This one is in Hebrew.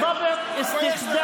גם מרב מיכאלי תומכת.